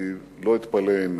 אני לא אתפלא אם